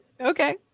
Okay